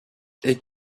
est